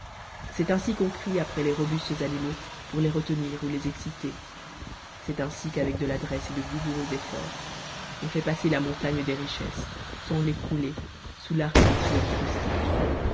c'est ainsi qu'on crie après les robustes animaux pour les retenir ou les exciter c'est ainsi qu'avec de l'adresse et de vigoureux efforts on fait passer la montagne des richesses sans l'écrouler sous l'arc de triomphe rustique